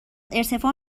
ارتفاع